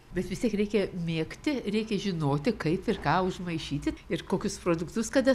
bet vis tiek reikia mėgti reikia žinoti kaip ir ką užmaišyti ir kokius produktus kada